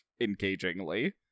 engagingly